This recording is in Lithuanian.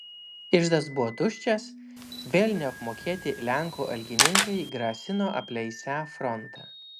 iždas buvo tuščias vėl neapmokėti lenkų algininkai grasino apleisią frontą